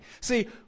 See